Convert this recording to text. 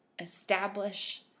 establish